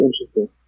interesting